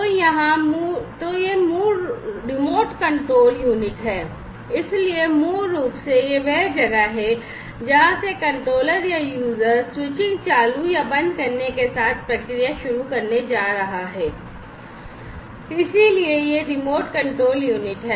तो यह remote control unit है इसलिए मूल रूप से यह वह जगह है जहां से कंट्रोलर या यूजर स्विचिंग चालू या बंद करने के साथ प्रक्रिया शुरू करने जा रहा है इसलिए यह रिमोट कंट्रोल यूनिट है